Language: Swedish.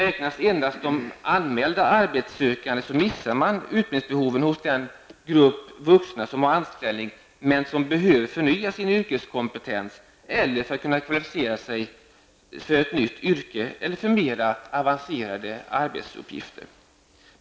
Om endast de anmälda arbetssökande räknas missar man utbildningsbehoven hos den grupp vuxna som har anställning men som behöver förnya sin yrkeskompetens eller som behöver kvalificera sig för ett nytt yrke eller för mera avancerade arbetsuppgifter.